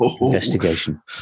Investigation